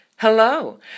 Hello